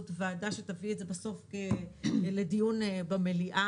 ועדה שתביא את זה בסוף לדיון במליאה.